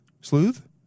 Sleuth